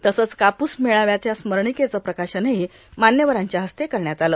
तसंच कापूस मेळाव्याच्या स्मरणिकेचं प्रकाशनही मान्यवरांच्या हस्ते झालं